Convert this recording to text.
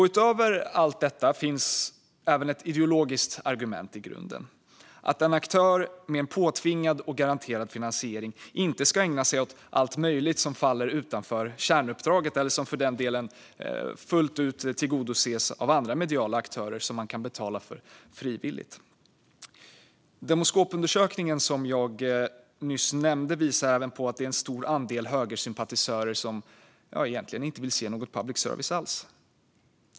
Utöver allt detta finns även ett ideologiskt argument i grunden, nämligen att en aktör med en påtvingad och garanterad finansiering inte ska ägna sig åt allt möjligt som faller utanför kärnuppdraget eller som för den delen fullt ut tillgodoses av andra mediala aktörer som man kan betala för frivilligt. Demoskopundersökningen som jag nyss nämnde visar även att det är en stor andel högersympatisörer som egentligen inte vill se något public service alls.